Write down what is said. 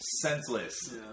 senseless